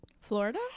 Florida